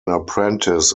apprentice